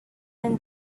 and